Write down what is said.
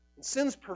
Sin's